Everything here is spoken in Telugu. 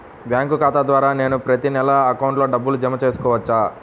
బ్యాంకు ఖాతా ద్వారా నేను ప్రతి నెల అకౌంట్లో డబ్బులు జమ చేసుకోవచ్చా?